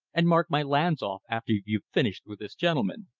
and mark my lands off after you've finished with this gentleman.